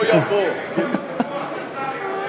אני מחכה בקוצר רוח לשר ארדן, מה יעשה.